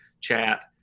chat